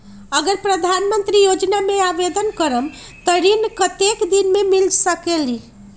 अगर प्रधानमंत्री योजना में आवेदन करम त ऋण कतेक दिन मे मिल सकेली?